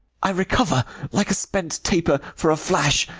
i recover like a spent taper, for a flash,